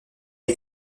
est